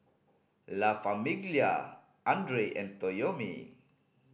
La Famiglia Andre and Toyomi